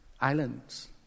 islands